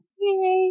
Yay